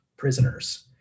prisoners